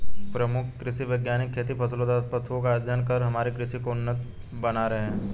प्रमुख कृषि वैज्ञानिक खेती फसलों तथा पशुओं का अध्ययन कर हमारी कृषि को उन्नत बना रहे हैं